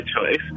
choice